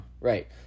right